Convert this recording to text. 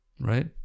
right